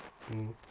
mmhmm